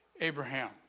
Abraham